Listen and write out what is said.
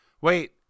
Wait